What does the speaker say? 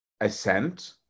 assent